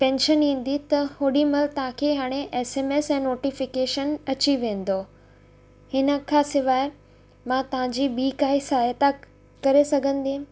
pension ईंदी त होॾी महिल हाणे तव्हांखे एसएमएस ऐं नोटिफिकेशन अची वेंदो हिन खां सवाइ मां तव्हांजी ॿी काई सहायता करे सघंदमि